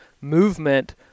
movement